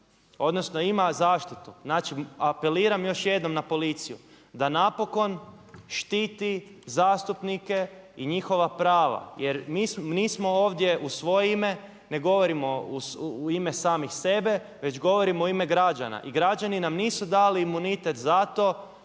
odnosno ima zaštitu. Znači apeliram još jednom na policiju da napokon štiti zastupnike i njihova prava jer nismo ovdje u svoje ime, ne govorimo u ime samih sebe već govorimo u ime građana. I građani nam nisu dali imunitet zato